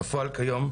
בפועל כיום,